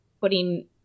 putting